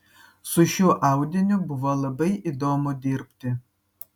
su šiuo audiniu buvo labai įdomu dirbti